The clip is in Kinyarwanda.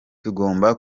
tugomba